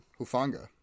Hufanga